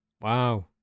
Wow